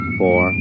four